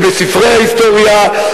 ובספרי ההיסטוריה,